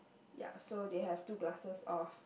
ya so they have two glasses of